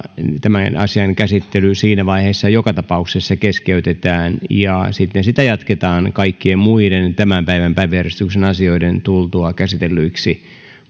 tämän asian käsittely siinä vaiheessa joka tapauksessa keskeytetään ja sitä jatketaan kaikkien muiden tämän päivän päiväjärjestyksen asioiden tultua käsitellyiksi